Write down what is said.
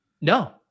No